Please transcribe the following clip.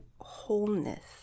wholeness